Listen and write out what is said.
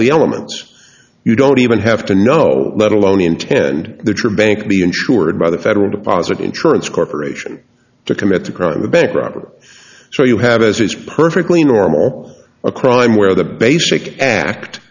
the elements you don't even have to know let alone intend that your bank be insured by the federal deposit insurance corporation to commit the crime of bank robbery so you have as is perfectly normal or a crime where the basic act